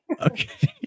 okay